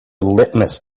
litmus